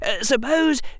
Suppose